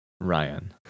Ryan